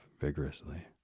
vigorously